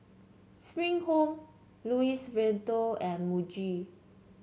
Spring Home Louis Vuitton and Muji